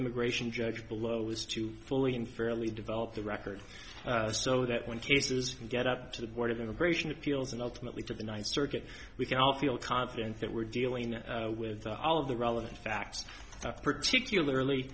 immigration judge below is to fully and fairly develop the record so that when cases from get up to the board of immigration appeals and ultimately to the ninth circuit we can all feel confident that we're dealing with all of the relevant facts particularly